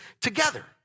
together